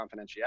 confidentiality